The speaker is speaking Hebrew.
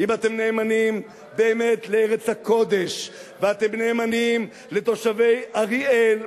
אם אתם נאמנים באמת לארץ הקודש ואתם נאמנים לתושבי אריאל,